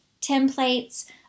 templates